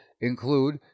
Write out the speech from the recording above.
include